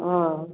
ହଁ